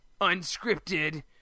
unscripted